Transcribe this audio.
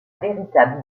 véritable